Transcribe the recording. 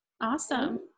Awesome